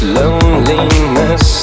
loneliness